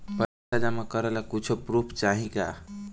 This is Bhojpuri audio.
पैसा जमा करे ला कुछु पूर्फ चाहि का?